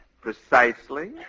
Precisely